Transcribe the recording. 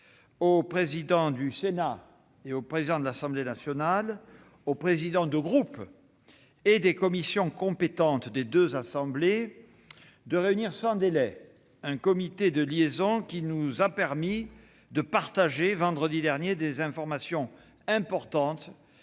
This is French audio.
aux présidents du Sénat et de l'Assemblée nationale et aux présidents de groupe et des commissions compétentes des deux assemblées de réunir sans délai un comité de liaison qui nous a permis de partager, vendredi dernier, des informations importantes